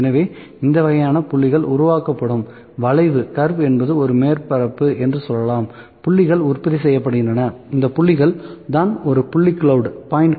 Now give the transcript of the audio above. எனவே இந்த வகையான புள்ளிகள் உருவாக்கப்படும் வளைவு என்பது ஒரு மேற்பரப்பு என்று சொல்லலாம் புள்ளிகள் உற்பத்தி செய்யப்படுகின்றன இந்த புள்ளிகள் தான் புள்ளி கிளவுட்